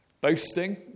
boasting